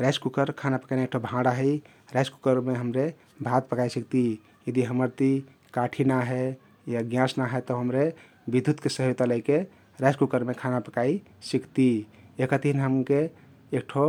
Rice cooker खाना पकैना एक ठो भाँडा हइ । राईस कुकरमे हम्रे भात पकइ सिक्ती । यदि हम्मर ति काठी ना हे या ग्याँस ना हे तउ हम्रे बिधुतके सहायता लैके राईस कुकरमे खाना पकई सिक्ती । यहका तहिन हमके एक ठो